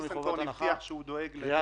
אבי ניסנקורן הבטיח שהוא דואג לזה.